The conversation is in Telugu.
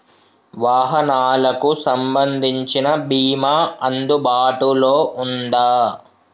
వాహనాలకు సంబంధించిన బీమా అందుబాటులో ఉందా?